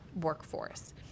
workforce